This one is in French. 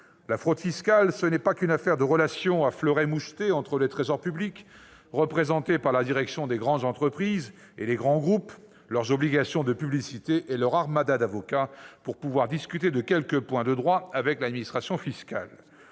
La fraude fiscale, ce n'est pas qu'une affaire de relations à fleurets mouchetés entre le Trésor public, représenté par la direction des grandes entreprises, et les grands groupes, leurs obligations de publicité et l'armada d'avocats qu'ils rémunèrent pour discuter de quelques points de droit avec l'administration fiscale.